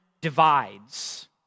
divides